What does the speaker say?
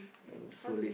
so late